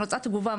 אני רוצה תגובה,